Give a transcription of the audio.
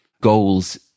goals